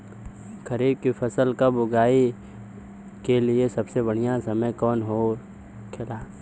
खरीफ की फसल कब उगाई के लिए सबसे बढ़ियां समय कौन हो खेला?